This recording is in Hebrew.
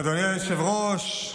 אדוני היושב-ראש,